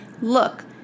look